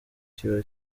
kiba